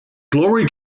glory